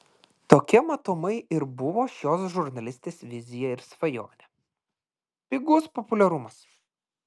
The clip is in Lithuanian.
tokia matomai ir buvo šios žurnalistės vizija ir svajonė pigus populiarumas